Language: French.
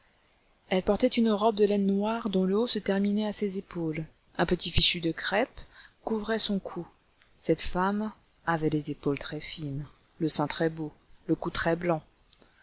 elle portait une robe de laine noire dont le haut se terminait à ses épaules un petit fichu de crêpe couvrait son cou cette femme avait les épaules très fines le sein très-beau le cou